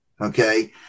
okay